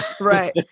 Right